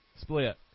split